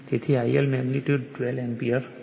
તેથી IL magnitude 12 ampere છે